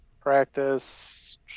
practice